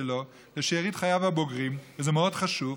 שלו לשארית חייו הבוגרים" וזה מאוד חשוב,